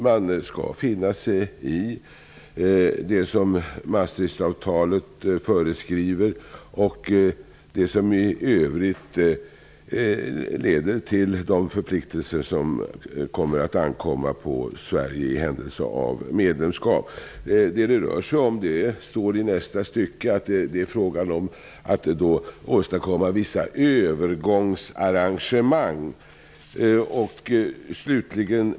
Man skall alltså finna sig i det som Maastrichtavtalet föreskriver och det som i övrigt leder till de förpliktelser som kommer att ankomma på Sverige i händelse av medlemskap. I nästa stycke i svaret står det att det rör sig om att åstadkomma vissa övergångsarrangemang.